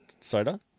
soda